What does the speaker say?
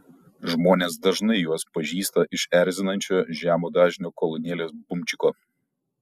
žmonės dažnai juos pažįsta iš erzinančio žemo dažnio kolonėlės bumčiko